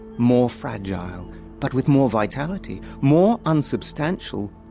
more fragile but with more vitality, more unsubstantial,